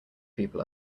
people